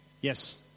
yes